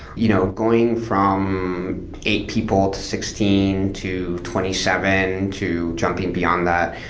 you know going from eight people to sixteen to twenty seven to jumping beyond that,